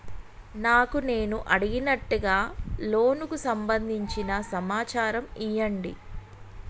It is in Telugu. నాకు నేను అడిగినట్టుగా లోనుకు సంబందించిన సమాచారం ఇయ్యండి?